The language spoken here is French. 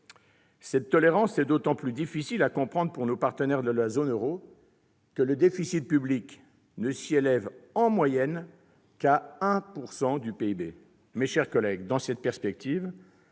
Cette tolérance serait d'autant plus difficile à comprendre pour nos partenaires de la zone euro que le déficit public ne s'y élève en moyenne qu'à 1 % du PIB. Dans cette perspective,